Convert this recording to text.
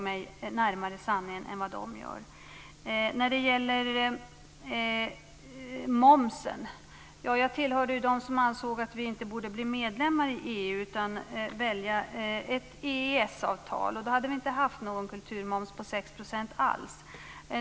Sedan var det momsen. Jag tillhörde dem som ansåg att vi inte borde bli medlemmar i EU utan att vi i stället skulle välja ett EES-avtal. Då hade vi inte haft en kulturmoms på 6 %.